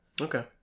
okay